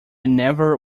never